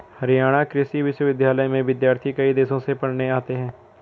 हरियाणा कृषि विश्वविद्यालय में विद्यार्थी कई देशों से पढ़ने आते हैं